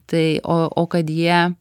tai o o kad jie